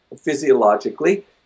physiologically